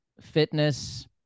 fitness